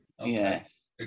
Yes